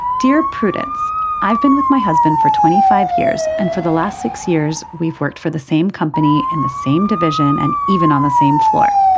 dear prudence i've been with my husband for twenty five years and for the last six years we've worked for the same company in the same division and even on the same floor.